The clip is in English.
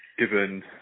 given